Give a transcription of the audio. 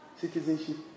citizenship